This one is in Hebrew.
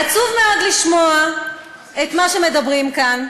עצוב מאוד לשמוע את מה שמדברים כאן,